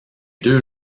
deux